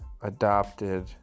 adopted